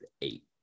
eight